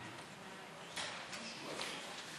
אם זה לסדר הדיון, בבקשה, גברתי.